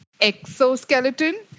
exoskeleton